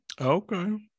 Okay